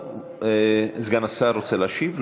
לא, סגן השר רוצה להשיב?